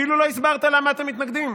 ואפילו לא הסברת למה אתם מתנגדים.